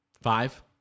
Five